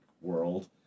world